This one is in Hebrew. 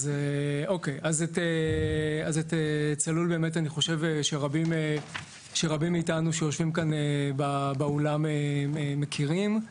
אז את "צלול" אני חושב שרבים מאיתנו שיושבים פה באולם מכירים.